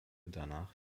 danach